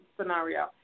scenario